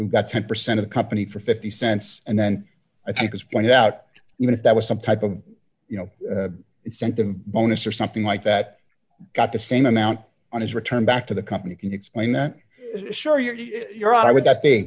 who got ten percent of the company for fifty cents and then i think was pointed out even if that was some type of you know sent them bonus or something like that got the same amount on his return back to the company can you explain that sure you're jurado would that be